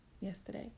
yesterday